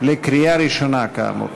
לקריאה ראשונה, כאמור.